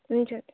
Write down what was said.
हुन्छ